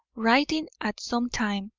writing at some time,